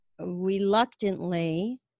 reluctantly